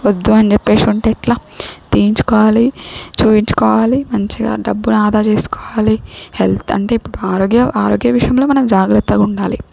వద్దు అని చెప్పేసుంటే ఎట్లా తీయించుకోవాలి చూయించుకోవాలి మంచిగా డబ్బును ఆదా చేసుకోవాలి హెల్త్ అంటే ఇప్పుడు ఆరోగ్య ఆరోగ్య విషయంలో మనం జాగ్రత్తగా ఉండాలి